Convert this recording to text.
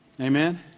Amen